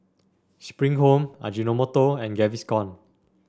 Spring Home Ajinomoto and Gaviscon